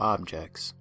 Objects